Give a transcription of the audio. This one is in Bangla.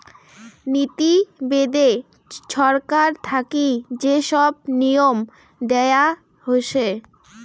নীতি বেদে ছরকার থাকি যে সব নিয়ম দেয়া হসে